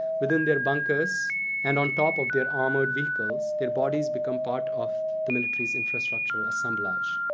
within their bunkers and on top of their armored vehicles, their bodies become part of the military's infrastructure assemblage.